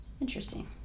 Interesting